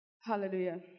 Hallelujah